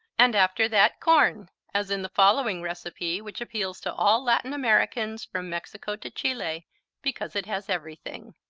and after that, corn, as in the following recipe which appeals to all latin-americans from mexico to chile because it has everything.